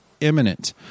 imminent